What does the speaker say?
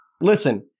Listen